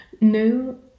no